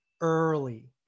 early